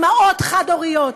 אימהות חד-הוריות,